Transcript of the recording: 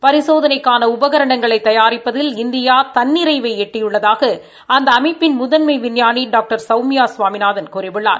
பரிசோதனைக்கான உபகரணங்களை தயாரிப்பதில் இந்தியா தன்னிறைவை எட்டியுள்ளதாக அந்த அமைப்பின் முதன்மை விஞ்ஞானி டாக்டர் சௌமியா சாமிநாதன் கூறியுள்ளார்